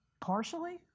partially